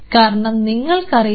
കാരണം നിങ്ങൾക്കറിയാം